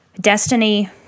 Destiny